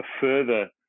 further